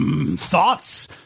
Thoughts